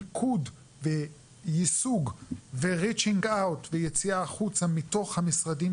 מיקוד ויישוג ו-reaching out ויציאה החוצה מתוך המשרדים